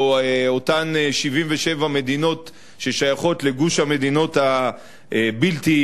או אותן 77 מדינות ששייכות לגוש המדינות הבלתי-מזדהות.